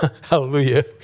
Hallelujah